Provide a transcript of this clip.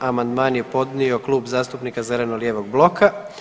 Amandman je podnio Klub zastupnika zeleno-lijevog bloka.